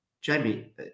Jamie